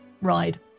ride